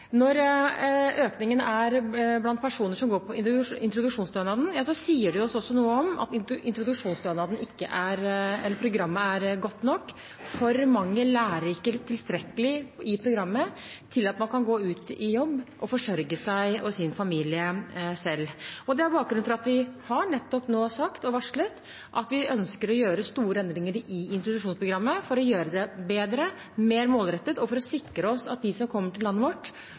Når økningen er blant personer som går på introduksjonsstønaden, sier det oss også noe om at introduksjonsprogrammet ikke er godt nok. For mange lærer ikke tilstrekkelig i programmet til at man kan gå ut i jobb og forsørge seg og sin familie selv. Det er bakgrunnen for at vi nettopp nå har varslet at vi ønsker å gjøre store endringer i introduksjonsprogrammet, for å gjøre det bedre, mer målrettet og for å sikre oss at de som kommer til landet vårt,